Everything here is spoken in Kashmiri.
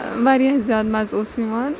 واریاہ زیادٕ مَزٕ اوس یِوان